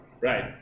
Right